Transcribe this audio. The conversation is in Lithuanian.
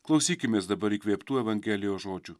klausykimės dabar įkvėptų evangelijos žodžių